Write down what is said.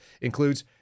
includes